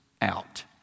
out